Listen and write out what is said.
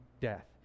death